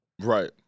Right